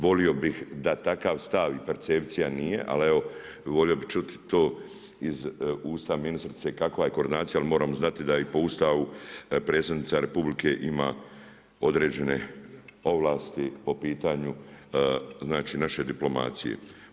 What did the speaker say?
Volio bih da takav stav i percepcija nije ali evo volio bih čuti to iz usta ministrice kakva je koordinacije jer moramo znati da i po Ustavu predsjednica Republike ima određene ovlasti po pitanju znači naše diplomacije.